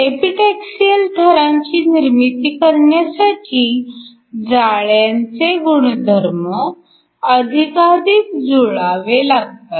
epitaxial थरांची निर्मिती करण्यासाठी जाळ्यांचे गुणधर्म अधिकाधिक जुळावे लागतात